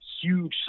huge